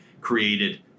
created